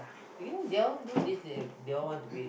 you know they all do this they they all want to be